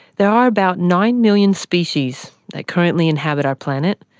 there are about nine million species that currently inhabit our planet,